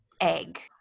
egg